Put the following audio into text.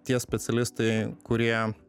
tie specialistai kurie